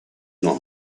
not